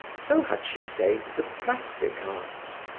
so had she saved the plastic arts,